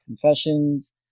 Confessions